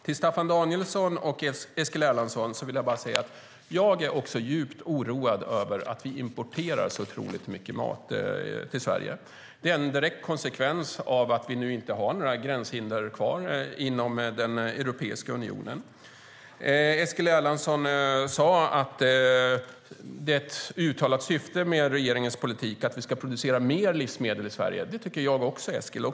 Till Staffan Danielsson och Eskil Erlandsson vill jag säga att jag också är djupt oroad över att vi importerar så otroligt mycket mat till Sverige. Det är en direkt konsekvens av att vi inte har några gränshinder kvar inom Europeiska unionen. Eskil Erlandsson sade att det är ett uttalat syfte med regeringens politik att vi ska producera mer livsmedel i Sverige. Det tycker jag också, Eskil.